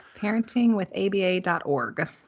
Parentingwithaba.org